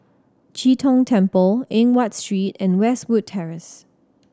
Chee Tong Temple Eng Watt Street and Westwood Terrace